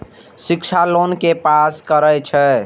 शिक्षा लोन के पास करें छै?